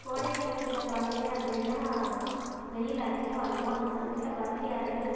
கோடை காலத்தில் பார்த்திங்க அப்படின்னா வெயில் அதிகமாக இருக்கும் அந்த சமயத்தில் பருத்தி ஆடைகள்